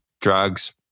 drugs